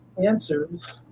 answers